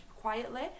quietly